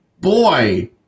boy